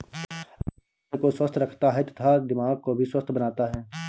अखरोट हृदय को स्वस्थ रखता है तथा दिमाग को भी स्वस्थ बनाता है